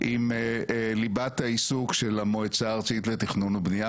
עם ליבת העיסוק של המועצה הארצית לתכנון ובנייה